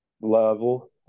level